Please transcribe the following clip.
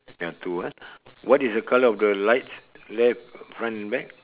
ya two ah what is the colour of the lights left front and back